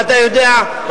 ואתה יודע,